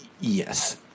Yes